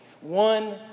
One